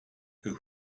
who